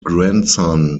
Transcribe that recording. grandson